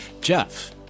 Jeff